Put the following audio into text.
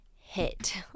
hit